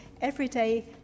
everyday